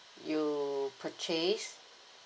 you purchase